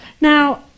Now